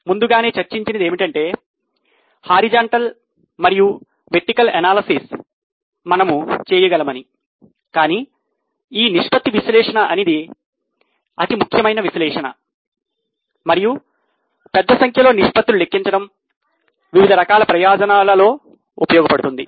మనం ముందుగానే చర్చించినది ఏమిటంటే సమాంతర మనము చేయగలము కానీ నిష్పత్తి విశ్లేషణ అనేది అతి ముఖ్యమైన విశ్లేషణ మరియు పెద్ద సంఖ్యలో నిష్పత్తులు లెక్కించడం వివిధ రకాల ప్రయోజనాలలో ఉపయోగపడుతుంది